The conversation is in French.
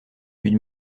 une